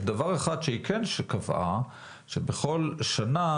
יש דבר אחד שהיא כן קבעה, שבכל שנה,